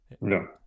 No